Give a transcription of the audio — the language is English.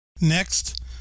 Next